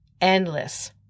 endless